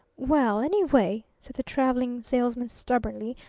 well, anyway, said the traveling salesman stubbornly,